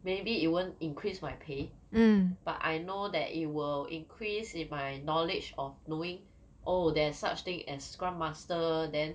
maybe it won't increase my pay but I know that it will increase in my knowledge of knowing oh there's such thing as scrum master then